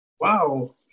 Wow